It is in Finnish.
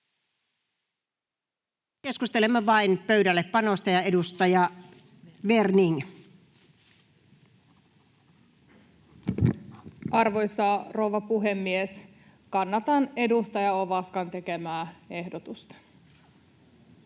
keskustelemme vain pöydällepanosta. — Edustaja Werning. Arvoisa rouva puhemies! Kannatan edustaja Ovaskan tekemää ehdotusta.